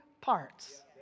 parts